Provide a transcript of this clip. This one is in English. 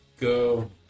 Go